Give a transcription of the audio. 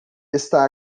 está